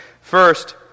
First